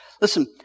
Listen